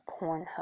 Pornhub